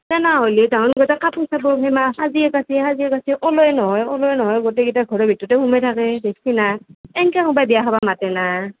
তেনাহালি তাহোন গোটাই কাপোৰমোখা সাজি কাচি সাজি কাচি ওলেই নহয় ওলেই নহয় গোটেইকিটা ঘৰৰ ভিতৰতে সুমেই থাকেই দেখচি না এনকৈ কোনবাই বিয়া খাব মাতেই না